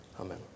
Amen